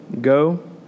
Go